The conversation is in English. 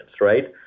right